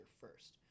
first